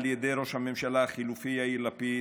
על ידי ראש הממשלה החליפי יאיר לפיד,